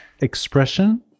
expression